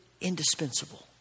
Indispensable